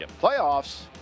Playoffs